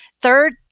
Third